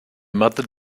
mother